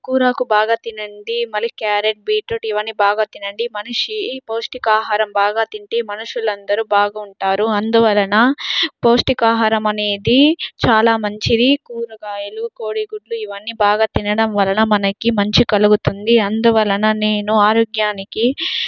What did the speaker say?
కూరాకు బాగా తినండి మళ్ళీ క్యారెట్ బీట్రూట్ ఇవన్నీ బాగా తినండి మనిషి పౌష్టికాహారం బాగా తింటే మనుషులందరూ బాగుంటారు అందువలన పౌష్టికాహారం అనేది చాలా మంచిది కూరగాయలు కోడిగుడ్లు ఇవన్నీ బాగా తినడం వల్ల మనకి మంచి కలుగుతుంది అందువలన నేను ఆరోగ్యానికి